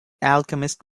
alchemist